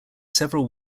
several